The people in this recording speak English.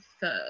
third